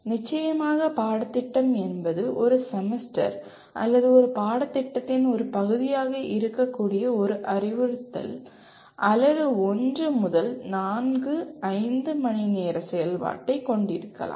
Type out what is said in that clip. நிச்சயமாக பாடத்திட்டம் என்பது ஒரு செமஸ்டர் அல்லது ஒரு பாடத்திட்டத்தின் ஒரு பகுதியாக இருக்கக்கூடிய ஒரு அறிவுறுத்தல் அலகு 1 முதல் 4 5 மணிநேர செயல்பாட்டைக் கொண்டிருக்கலாம்